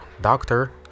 doctor